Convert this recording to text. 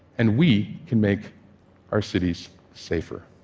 and we can make our cities safer.